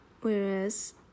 Whereas